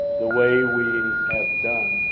the way we have done.